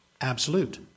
Absolute